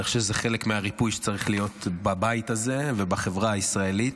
אני חושב שזה חלק מהריפוי שצריך להיות בבית הזה ובחברה הישראלית,